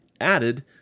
added